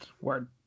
Word